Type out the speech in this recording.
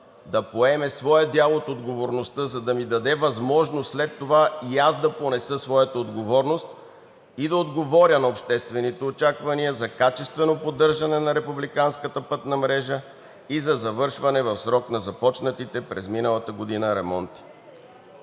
да поеме своя дял от отговорността, за да ми даде възможност след това и аз да понеса свята отговорност и да отговоря на обществените очаквания за качествено поддържане на републиканската пътна мрежа и за завършване в срок на започнатите през миналата година ремонти.